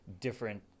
different